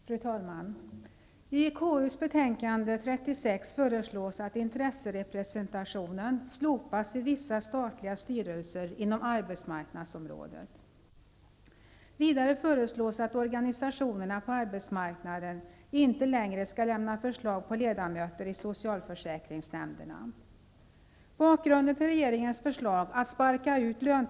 Fru talman! I KU:s betänkande 36 föreslås att intresserepresentationen slopas i vissa statliga styrelser inom arbetsmarknadsområdet. Vidare föreslås att organisationerna på arbetsmarknaden inte längre skall lämna förslag på ledamöter i socialförsäkringsnämnderna.